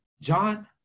John